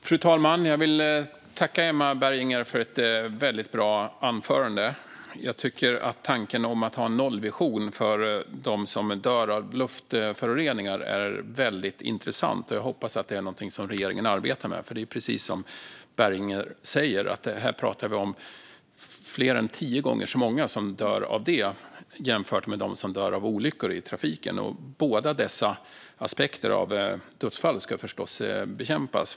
Fru talman! Jag tackar Emma Berginger för ett mycket bra anförande. Jag tycker att tanken om en nollvision för dödsfall på grund av luftföroreningar är intressant. Jag hoppas att det är något regeringen arbetar med, för precis som Emma Berginger sa dör fler än tio gånger så många av luftföroreningar som av trafikolyckor. Båda dessa typer av dödsfall ska givetvis bekämpas.